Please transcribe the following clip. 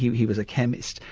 he he was a chemist,